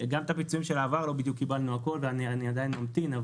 גם את הפיצויים מהעבר לא קיבלנו את הכול ואני עדיין ממתין.